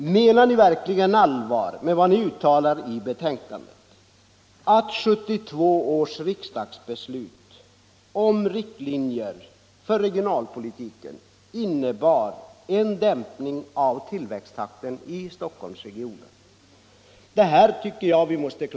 Menar ni verkligen allvar med vad ni uttalar i betänkandet på s. 18,att 1972 års riksdagsbeslut om riktlinjer för regionalpolitiken innebar en dämpning av tillväxten i Stockholmsregionen? Det här måste vi klara ut, tycker jag.